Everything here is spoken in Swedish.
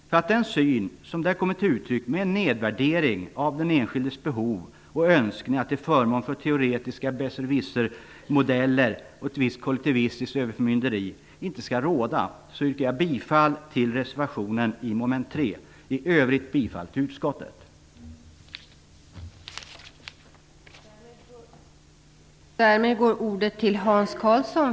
För att den syn som där kommer till uttryck - med nedvärdering av den enskildes behov och önskningar till förmån för teoretiska besserwissermodeller och ett visst kollektivistiskt överförmynderi - inte skall råda yrkar jag bifall till reservationen i mom. 3. I övrigt yrkar jag bifall till utskottets hemställan.